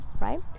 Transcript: right